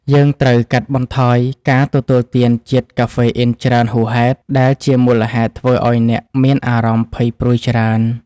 យើងត្រូវកាត់បន្ថយការទទួលទានជាតិកាហ្វេអ៊ីនច្រើនហួសហេតុ ដែលជាមូលហេតុធ្វើឱ្យអ្នកមានអារម្មណ៍ភ័យព្រួយច្រើន។